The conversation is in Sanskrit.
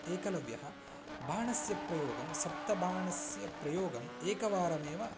एकलव्यः बाणस्य प्रयोगं सप्तबाणानां प्रयोगम् एकवारमेव